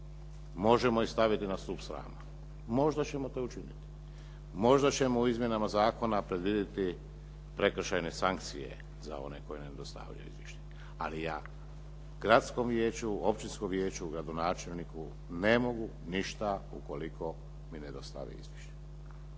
Možemo ih staviti na stup srama. Možda ćemo to i učiniti. Možda ćemo u izmjenama zakona predvidjeti prekršajne sankcije za one koji ne dostavljaju izvješće. Ali ja gradskom vijeću, općinskom vijeću, gradonačelniku ne mogu ništa ukoliko mi ne dostave izvješće.